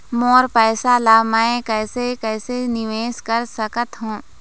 मोर पैसा ला मैं कैसे कैसे निवेश कर सकत हो?